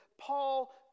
Paul